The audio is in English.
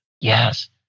Yes